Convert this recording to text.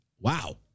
wow